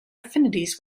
affinities